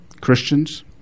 Christians